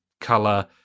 color